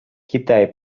китай